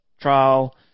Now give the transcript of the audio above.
trial